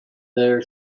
their